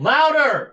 Louder